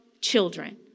children